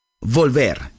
Volver